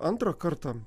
antrą kartą